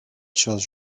shows